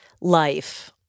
life